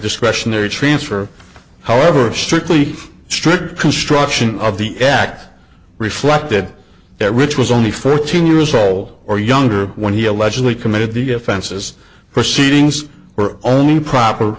discretionary transfer however strictly strict construction of the act reflected that rich was only fourteen years old or younger when he allegedly committed the offenses proceedings were only proper